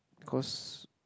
cause